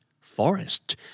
forest